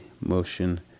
motion